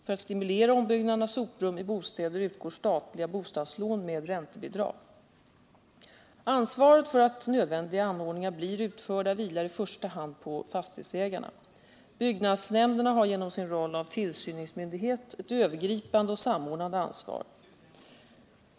För att stimulera ombyggnaden av soprum i bostäder utgår statliga bostadslån med räntebidrag. Ansvaret för att nödvändiga anordningar blir utförda vilar i första hand på fastighetsägarna. Byggnadsnämnderna har genom sin roll av tillsynsmyndighet ett övergripande och samordnande ansvar.